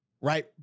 right